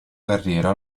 carriera